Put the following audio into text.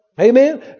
Amen